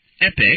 EPIC